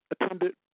Attended